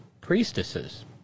priestesses